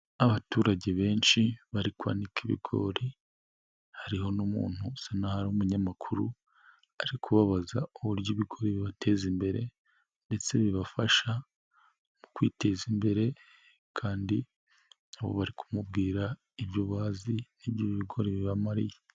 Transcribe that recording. Abaturage benshi bari kwanika ibigori, hariho n'umuntu usa naho ari umunyamakuru ari kubabaza uburyo ibigori bibateza imbere ndetse bibafasha mu kwiteza imbere, kandi nabo bari kumubwira ibyo bazi ibyo bigori bibamariye.